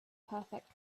perfect